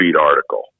article